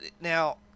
now